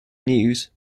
news